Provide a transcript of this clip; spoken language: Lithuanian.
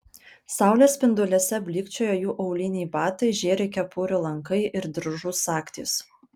saulės spinduliuose blykčioja jų auliniai batai žėri kepurių lankai ir diržų sagtys